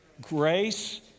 grace